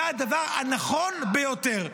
זה הדבר הנכון ביותר.